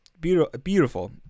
beautiful